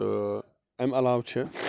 تہٕ اَمہِ علاوٕ چھِ